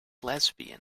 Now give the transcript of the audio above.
lesbian